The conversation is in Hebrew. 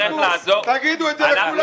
לא, הדרך לעזור --- תגידו את זה לכולם.